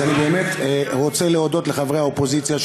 אז אני באמת רוצה להודות לחברי האופוזיציה,